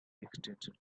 extension